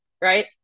right